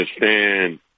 understand